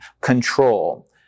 control